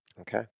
Okay